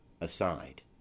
aside